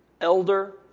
Elder